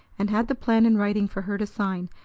and had the plan in writing for her to sign,